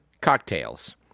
cocktails